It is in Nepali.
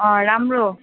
राम्रो